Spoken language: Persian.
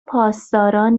پاسداران